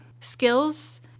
skills